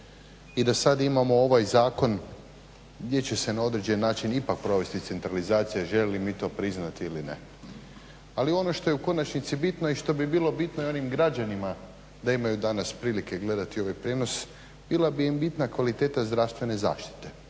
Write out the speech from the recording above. I da sad imamo ovaj zakon gdje će se na određeni način ipak provesti centralizacija željeli mi to priznati ili ne. Ali ono što je u konačnici bitno i što bi bilo bitno i onim građanima da imaju danas prilike gledati ovaj prijenos bila bi im bitna kvaliteta zdravstvene zaštite.